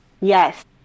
Yes